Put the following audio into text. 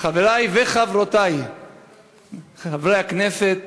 חברי וחברותי חברי הכנסת,